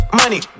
money